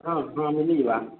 ହଁ ହଁ ମିଲିଯିବା